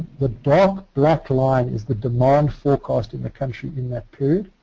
the dark black line is the demand forecast in the country in that period.